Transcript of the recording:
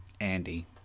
Andy